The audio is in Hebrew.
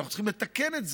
ואנחנו צריכים לתקן את זה.